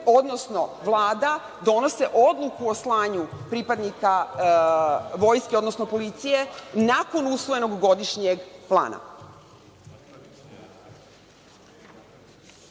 odnosno Vlada donose odluku o slanju pripadnika Vojske, odnosno policije nakon usvojenog godišnjeg plana. Zanima